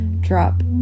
drop